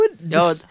No